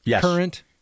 current